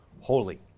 holy